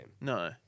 No